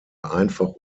einfach